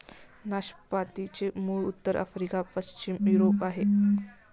नाशपातीचे मूळ उत्तर आफ्रिका, पश्चिम युरोप आहे